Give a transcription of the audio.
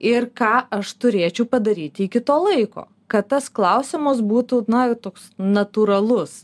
ir ką aš turėčiau padaryti iki to laiko kad tas klausimas būtų na toks natūralus